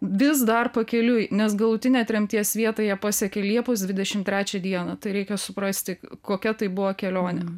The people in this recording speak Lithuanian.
vis dar pakeliui nes galutinę tremties vietą jie pasiekė liepos dvidešim trečią dieną tai reikia suprasti kokia tai buvo kelionė